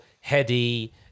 heady